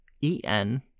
E-N